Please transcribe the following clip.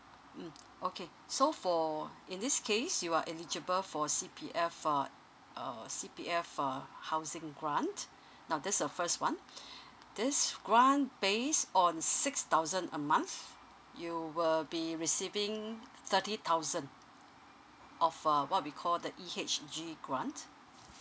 mm okay so for in this case you are eligible for C_P_F uh uh C_P_F uh housing grant now this a first one this grant base on six thousand a month you will be receiving th~ thirty thousand of uh what we call the E_H_G grant